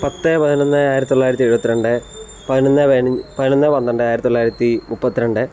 പത്ത് പതിനൊന്ന് ആയിരത്തി തൊള്ളായിരത്തി എഴുപത്തി രണ്ട് പതിനൊന്ന് പയിന പതിനൊന്ന് പന്ത്രണ്ട് ആയിരത്തി തൊള്ളായിരത്തി മുപ്പത്തി രണ്ട്